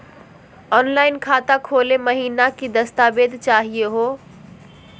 Online खाता खोलै महिना की की दस्तावेज चाहीयो हो?